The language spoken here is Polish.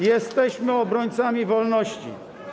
Jesteśmy obrońcami wolności.